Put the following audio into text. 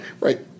right